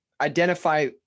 identify